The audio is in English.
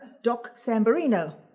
doc samborino.